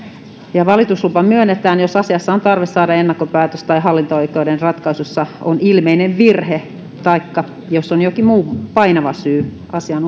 ja valituslupa myönnetään jos asiassa on tarve saada ennakkopäätös tai hallinto oikeuden ratkaisussa on ilmeinen virhe taikka jos on jokin muu painava syy asian